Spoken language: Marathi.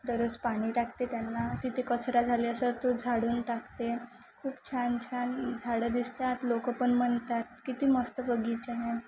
दररोज पाणी टाकते त्यांना तिथे कचरा झाली असं तो झाडून टाकते खूप छान छान झाडं दिसतात लोकं पण म्हणतात किती मस्त बगीचा आहे